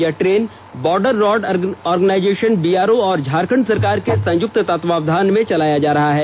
यह train border road organisation BRO और झारखंड सरकार के संयुक्त तत्वाधान में चलाया जा रहा है